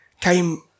came